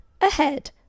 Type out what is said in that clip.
Ahead